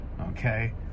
Okay